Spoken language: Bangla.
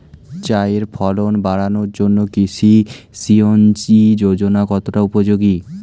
চাষের ফলন বাড়ানোর জন্য কৃষি সিঞ্চয়ী যোজনা কতটা উপযোগী?